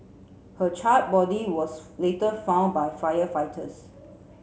her charred body was later found by firefighters